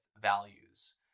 values